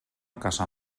caçar